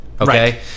Okay